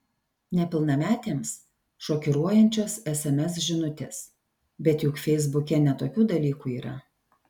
nepilnametėms šokiruojančios sms žinutės bet juk feisbuke ne tokių dalykų yra